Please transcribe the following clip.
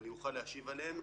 שאני אוכל להשיב עליהן.